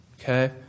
Okay